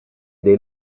dei